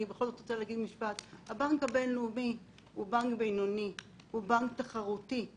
הבנק הבינלאומי הוא בנק בינוני, הוא בנק תחרותי.